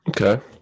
Okay